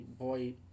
boy